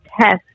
test